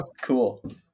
Cool